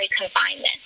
confinement